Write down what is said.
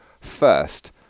first